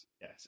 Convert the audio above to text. Yes